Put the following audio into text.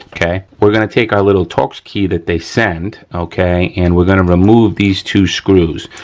ah okay. we're gonna take our little torx key that they send okay, and we're gonna remove these two screws.